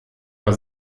war